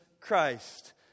Christ